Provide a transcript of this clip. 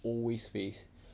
always face